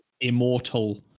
immortal